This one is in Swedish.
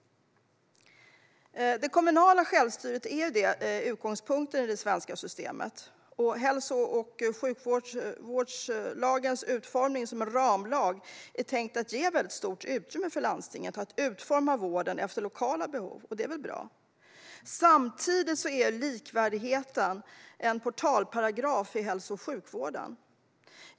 Det kommunala självstyret är en utgångspunkt i det svenska systemet. Hälso och sjukvårdslagens utformning som en ramlag är tänkt att ge stort utrymme för landstingen att utforma vården efter lokala behov, vilket är bra. Samtidigt är likvärdigheten en portalparagraf i hälso och sjukvårdslagen.